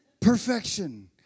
Perfection